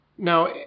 Now